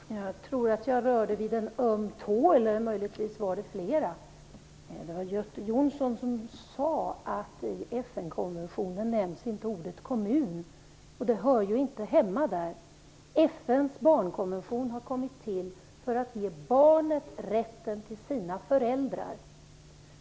Fru talman! Jag tror att jag rörde vid en öm tå, eller möjligtvis var det flera. Det var Göte Jonsson som sade att ordet "kommun" inte nämns i FN konventionen, och det hör ju inte hemma där. FN:s barnkonvention har kommit till för att ge barnen rätten till sina föräldrar.